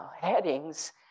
headings